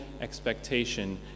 EXPECTATION